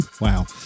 wow